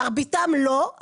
מרביתם לא,